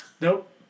Nope